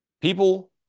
people